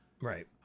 Right